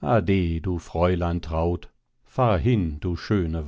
ade du fräulein traut fahr hin du schöne